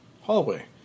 Hallway